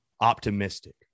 optimistic